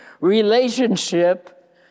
relationship